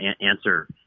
answer